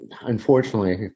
unfortunately